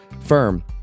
firm